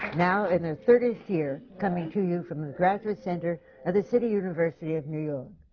now in their thirtieth year, coming to you from the graduate center of the city university of new